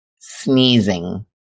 sneezing